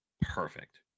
Perfect